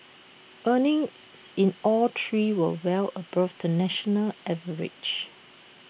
earnings in all three will well above the national average